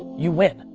you win,